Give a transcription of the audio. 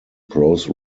prose